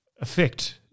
affect